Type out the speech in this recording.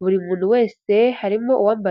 buri muntu wese harimo uwambaye.